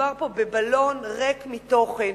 מדובר פה בבלון ריק מתוכן.